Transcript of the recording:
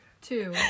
Two